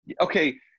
okay